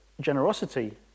generosity